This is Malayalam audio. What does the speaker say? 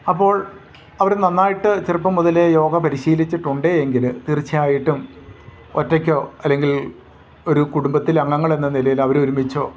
അപ്പോൾ അവർ നന്നായിട്ട് ചെറുപ്പം മുതലേ യോഗ പരിശീലിച്ചിട്ടുണ്ട് എങ്കിൽ തീർച്ചയായിട്ടും ഒറ്റയ്ക്കോ അല്ലെങ്കിൽ ഒരു കുടുംബത്തിലെ അംഗങ്ങളെന്ന നിലയിലവർ ഒരുമിച്ചോ